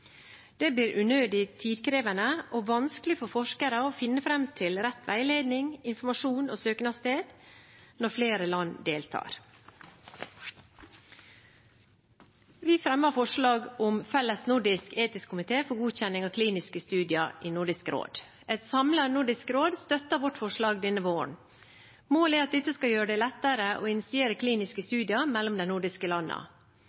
Det blir unødig tidkrevende og vanskelig for forskere å finne fram til rett veiledning, informasjon og søknadssted når flere land deltar. Vi fremmet forslag i Nordisk råd om en felles nordisk etisk komité for godkjenning av kliniske studier. Et samlet Nordisk råd støttet vårt forslag denne våren. Målet er at dette skal gjøre det lettere å initiere kliniske